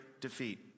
defeat